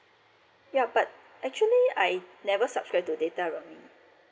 ya but actually I never subscribed to data roaming